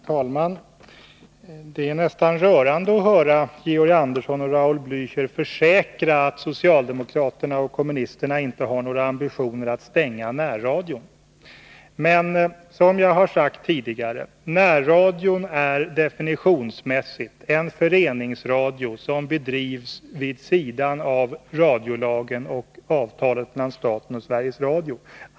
Herr talman! Det är nästan rörande att höra Georg Andersson och Raul Blächer försäkra att socialdemokraterna och kommunisterna inte har några ambitioner att stänga närradion. Men som jag tidigare har sagt: Närradion är definitionsmässigt en föreningsradio som bedrivs vid sidan av radiolagen och avtalet mellan staten och Sveriges Radio.